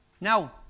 Now